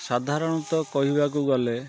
ସାଧାରଣତଃ କହିବାକୁ ଗଲେ